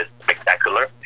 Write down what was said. spectacular